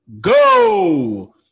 go